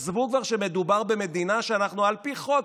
עזבו כבר שמדובר במדינה שאנחנו על פי חוק